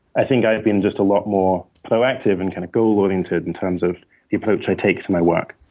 i think i have been just a lot more proactive and kind of goal-oriented in terms of the approach i take to my work.